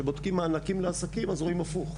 כשבודקים מענקים לעסקים אז רואים הפוך,